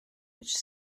which